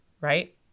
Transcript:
right